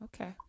Okay